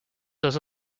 also